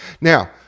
Now